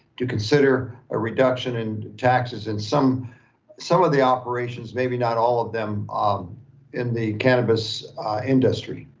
to consider a reduction in taxes in some so of the operations, maybe not all of them um in the cannabis industry.